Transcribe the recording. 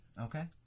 Okay